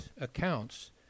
accounts